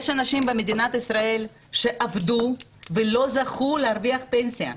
יש אנשים במדינת ישראל שעבדו ולא זכו להרוויח פנסיה.